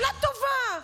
שנה טובה.